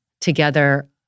together